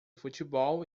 futebol